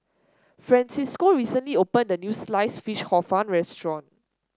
Francisco recently opened a new Sliced Fish Hor Fun restaurant